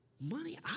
money